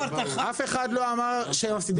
אף אחד לא אמר שהם מפסידים כסף.